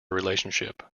relationship